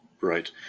Right